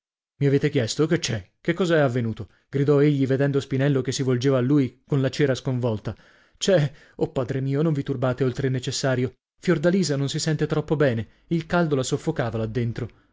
mi avete chiesto che c'è che cosa è avvenuto gridò egli vedendo spinello che si volgeva a lui con la cera sconvolta c'è oh padre mio non vi turbate oltre il necessario fiordalisa non si sente troppo bene il caldo la soffocava là dentro